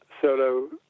Solo